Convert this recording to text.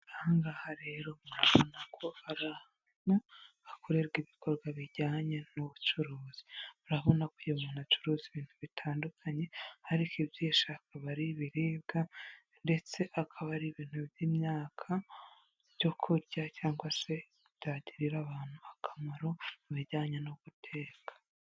Aha ngaha rero, murabona ko ari ahantu hakorerwa ibikorwa bijyanye n'ubucuruzi, urabona ko uyo umuntu acuruza ibintu bitandukanye ariko ibyi akaba ari ibiribwa ndetse akaba ari ibintu by'imyaka byo kurya cyangwa se byagirira abantu akamaro mu bijyanye no guteka.